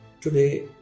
Today